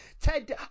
Ted